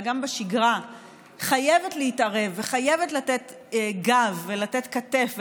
אנחנו נדאג להזרים להן את הכסף.